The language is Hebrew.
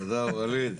תודה ווליד.